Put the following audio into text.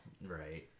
Right